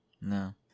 No